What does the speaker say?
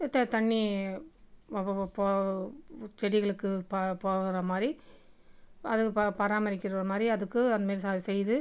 த தண்ணி ப ப ப செடிகளுக்கு போ போகிற மாதிரி அதை பா பராமரிக்கிற மாதிரி அதுக்கு அதுமாரி செ செய்யுது